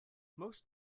most